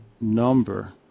number